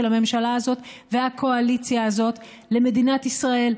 הממשלה הזאת והקואליציה הזאת למדינת ישראל,